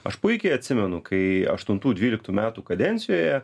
aš puikiai atsimenu kai aštuntų dvyliktų metų kadencijoje